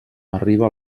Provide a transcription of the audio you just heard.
arriba